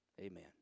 Amen